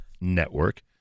Network